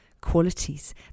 qualities